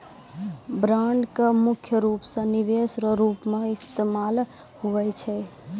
bond के मुख्य रूप से निवेश रो रूप मे इस्तेमाल हुवै छै